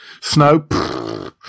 Snow